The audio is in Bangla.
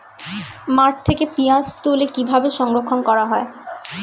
মাঠ থেকে পেঁয়াজ তুলে কিভাবে সংরক্ষণ করা হয়?